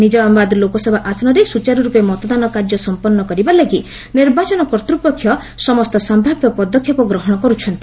ନିଜାମାବାଦ ଲୋକସଭା ଆସନରେ ସୁଚାରୁରୂପେ ମତଦାନ କାର୍ଯ୍ୟ ସମ୍ପନ୍ନ କରିବାଲାଗି ନିର୍ବାଚନ କର୍ଭ୍ ପକ୍ଷ ସମସ୍ତ ସମ୍ଭାବ୍ୟ ପଦକ୍ଷେପ ଗ୍ରହଣ କରୁଛନ୍ତି